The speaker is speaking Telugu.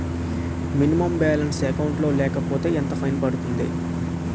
మినిమం బాలన్స్ అకౌంట్ లో లేకపోతే ఎంత ఫైన్ పడుతుంది?